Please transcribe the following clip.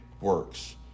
works